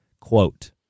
Quote